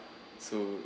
so